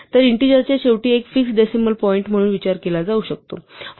तर इंटीजर च्या शेवटी एक फिक्सड डेसिमल पॉईंट म्हणून विचार केला जाऊ शकतो